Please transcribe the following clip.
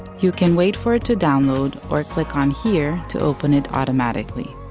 you can wait for it to download or click on here to open it automatically.